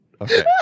Okay